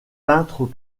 peintres